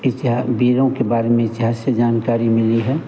इतिहा वीरों के बारे में इतिहास से जानकारी मिली है